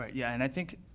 yeah, and i think,